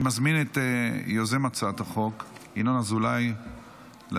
אני מזמין את יוזם הצעת החוק ינון אזולאי להשיב.